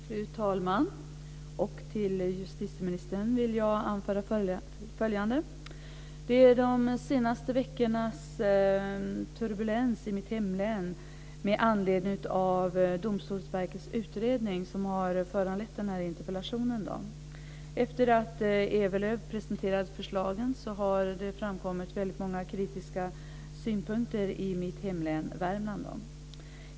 Fru talman! Jag vill anföra följande till justitieministern. Det är de senaste veckornas turbulens i mitt hemlän med anledning av Domstolsverkets utredning som har föranlett interpellationen. Efter att Ewerlöf har presenterat förslagen har det framkommit väldigt många kritiska synpunkter i mitt hemlän Värmland.